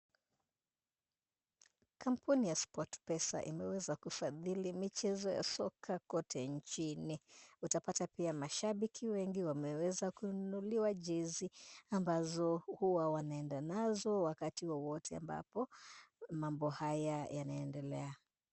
Kampuni ya Sportpesa imeweza kufadhili michezo ya soka kote nchini. Utapata pia mashabiki wengi wameweza kununuliwa jezi ambazo huwa wanaenda nazo wakati wowote ambapo mambo haya yanaendelea.